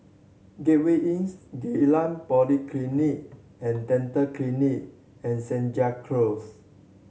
Gateway Inn Geylang Polyclinic And Dental Clinic and Senja Close